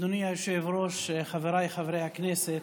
אדוני היושב-ראש, חבריי חברי הכנסת,